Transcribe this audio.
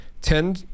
Ten